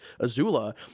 Azula